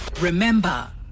Remember